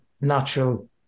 natural